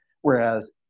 Whereas